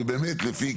באמת לפי,